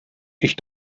ich